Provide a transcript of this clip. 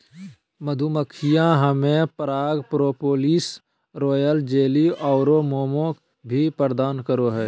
मधुमक्खियां हमें पराग, प्रोपोलिस, रॉयल जेली आरो मोम भी प्रदान करो हइ